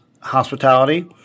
hospitality